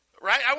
Right